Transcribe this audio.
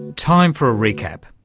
time for a recap.